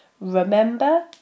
Remember